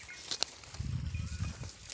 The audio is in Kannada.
ಜೋಳಕ್ಕ ಯಾವ ಗೊಬ್ಬರ ಛಲೋ?